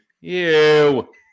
ew